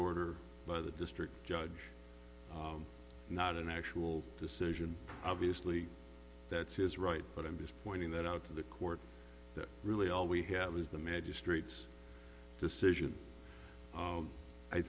order by the district judge not an actual decision obviously that's his right but i'm just pointing that out to the court that really all we have is the magistrates decision